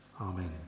Amen